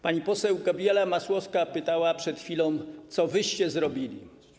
Pani poseł Gabriela Masłowska pytała przed chwilą, co wyście zrobili.